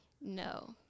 No